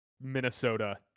Minnesota